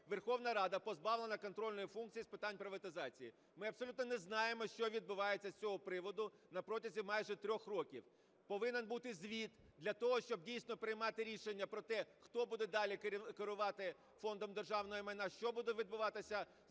Верховна Рада позбавлена контрольної функції з питань приватизації. Ми абсолютно не знаємо, що відбувається з цього приводу на протязі майже трьох років. Повинен бути звіт для того, щоб дійсно приймати рішення про те, хто буде далі керувати Фондом державного майна, що буде відбуватися